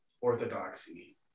orthodoxy